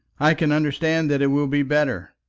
i can understand that it will be better.